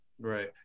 Right